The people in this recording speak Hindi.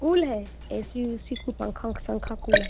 कुल है ए सी ऊसी खुब पंखा ओसंखा कूल है